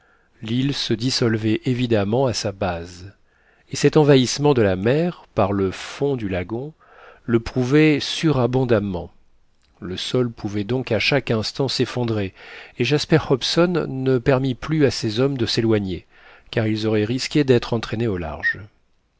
l'île se dissolvait évidemment à sa base et cet envahissement de la mer par le fond du lagon le prouvait surabondamment le sol pouvait donc à chaque instant s'effondrer et jasper hobson ne permit plus à ses hommes de s'éloigner car ils auraient risqués d'être entraînés au large